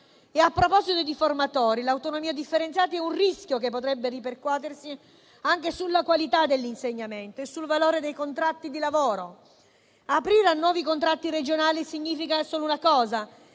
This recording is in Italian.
A proposito di formatori, l'autonomia differenziata è un rischio che potrebbe ripercuotersi anche sulla qualità dell'insegnamento e sul valore dei contratti di lavoro. Aprire a nuovi contratti regionali significa solo una cosa,